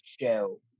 show